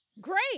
Great